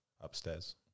upstairs